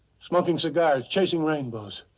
smoking cigars, chasing rainbows.